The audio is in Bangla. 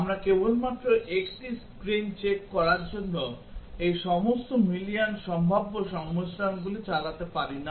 আমরা কেবলমাত্র একটি স্ক্রিন চেক করার জন্য এই সমস্ত মিলিয়ন সম্ভাব্য সংমিশ্রণগুলি চালাতে পারি না